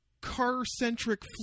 car-centric